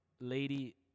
lady